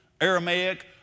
Aramaic